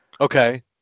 okay